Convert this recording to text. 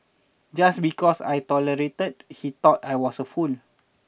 just because I tolerated he thought I was a fool